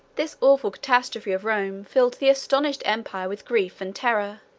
this awful catastrophe of rome filled the astonished empire with grief and terror.